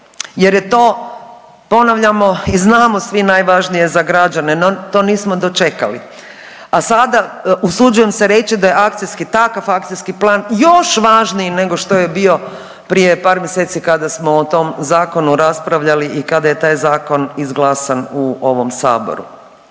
jer je to ponavljamo i znamo svi najvažnije za građane, no to nismo dočekali. A sada usuđujem se reći da je akcijski, takav akcijski plan još važniji nego što je bio prije par mjeseci kada smo o tom zakonu raspravljali i kada je taj zakon izglasan u ovom Saboru.